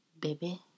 baby